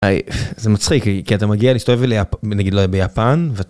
זה מצחיק כי אתה מגיע להסתובב, נגיד, לא יודע, ביפן.